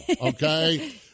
okay